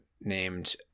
named